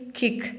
kick